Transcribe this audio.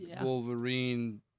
Wolverine